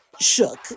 shook